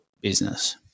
business